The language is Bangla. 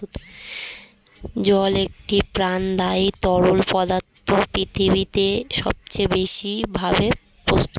জল একটি প্রাণদায়ী তরল পদার্থ পৃথিবীতে সবচেয়ে বেশি ভাবে প্রস্তুত